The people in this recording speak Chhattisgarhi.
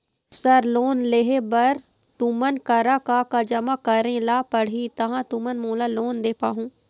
सर लोन लेहे बर तुमन करा का का जमा करें ला पड़ही तहाँ तुमन मोला लोन दे पाहुं?